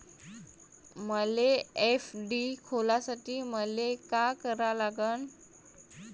मले एफ.डी खोलासाठी मले का करा लागन?